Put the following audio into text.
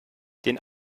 den